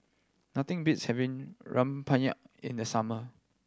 nothing beats having rempeyek in the summer